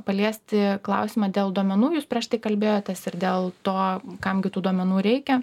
paliesti klausimą dėl duomenų jūs prieš tai kalbėjotės ir dėl to kam gi tų duomenų reikia